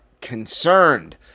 concerned